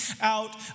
out